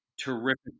terrific